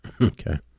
Okay